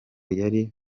yari